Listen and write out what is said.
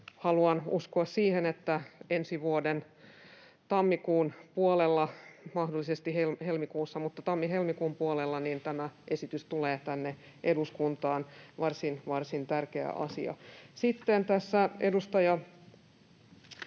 haluan uskoa siihen, että ensi vuoden tammikuun puolella, mahdollisesti helmikuussa, mutta tammi—helmikuussa tämä esitys tulee tänne eduskuntaan — varsin, varsin tärkeä asia. Sitten tässä edustaja